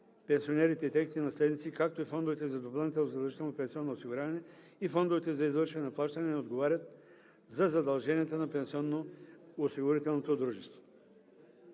пенсионерите и техните наследници, както и фондовете за допълнително задължително пенсионно осигуряване и фондовете за извършване на плащания не отговарят за задълженията на пенсионноосигурителното дружество.“